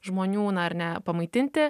žmonių na ar ne pamaitinti